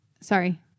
sorry